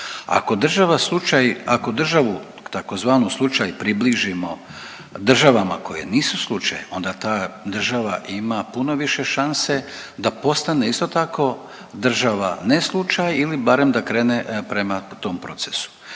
Ako državu, tzv. slučaj približimo državama koje nisu slučaj, onda ta država ima puno više šanse da postane isto tako država ne slučaj ili barem da krene prema tom procesu.